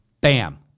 Bam